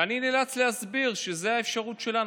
ואני נאלץ להסביר שזו האפשרות שלנו,